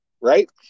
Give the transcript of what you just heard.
right